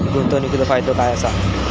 गुंतवणीचो फायदो काय असा?